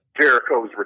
Jericho's